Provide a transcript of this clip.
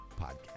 podcast